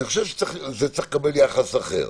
אני חושב שזה צריך לקבל יחס אחר.